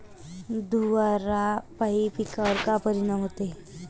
धुवारापाई पिकावर का परीनाम होते?